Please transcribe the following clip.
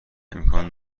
امکان